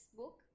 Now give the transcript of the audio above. book